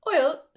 Oil